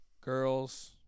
girls